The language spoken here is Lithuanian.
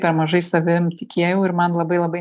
per mažai savim tikėjau ir man labai labai